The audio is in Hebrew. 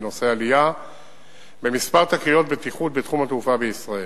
בנושא: עלייה במספר תקריות בטיחות בתחום התעופה בישראל.